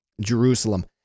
Jerusalem